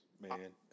Man